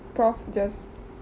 prof just